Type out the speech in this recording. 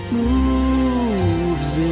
moves